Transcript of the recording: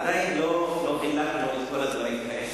עדיין לא חילקנו את כל הדברים האלה.